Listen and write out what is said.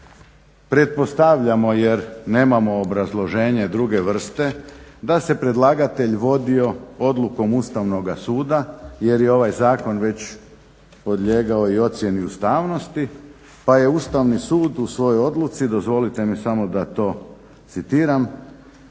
Pretpostavljamo, jer nemamo obrazloženje druge vrste, da se predlagatelj vodio odlukom Ustavnog suda jer je ovaj zakon već podlijegao i ocjeni ustavnosti pa je Ustavni sud u svojoj odluci, dozvolite mi samo da to citiram